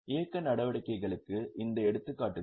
இயக்க நடவடிக்கைகளுக்கு இந்த எடுத்துக்காட்டுகள்